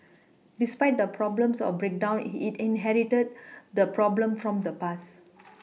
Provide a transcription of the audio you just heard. despite the problems of breakdowns he inherited the problem from the past